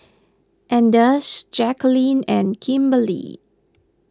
anders Jackeline and Kimberly